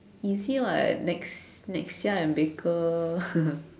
easy [what] nex~ Nexia and baker